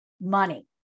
money